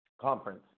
conference